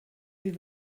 sie